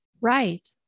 Right